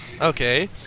Okay